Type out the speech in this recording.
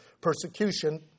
persecution